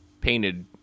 painted